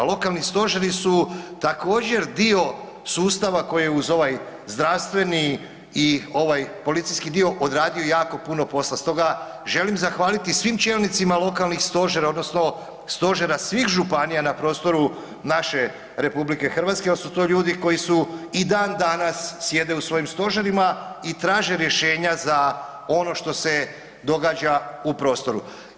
Lokalni stožeri su također dio sustava koji je uz ovaj zdravstveni i ovaj policijski dio odradio jako puno posla stoga želim zahvaliti svim čelnicima lokalnih stožera odnosno stožera svih županija na prostoru naše RH jer su to ljudi koji su i dan danas sjede u svojim stožerima i traže rješenja za ono što se događa u prostoru.